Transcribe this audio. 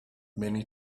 many